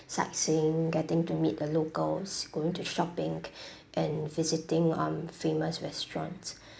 sightseeing getting to meet the locals going to shopping and visiting um famous restaurants